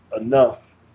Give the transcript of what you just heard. enough